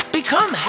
become